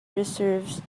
reserves